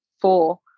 four